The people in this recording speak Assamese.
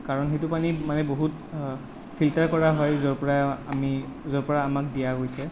কাৰণ সেইটো পানী মানে বহুত ফিল্টাৰ কৰা হয় য'ৰ পৰা আমি য'ৰ পৰা আমাক দিয়া গৈছে